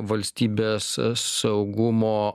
valstybės saugumo